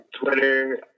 twitter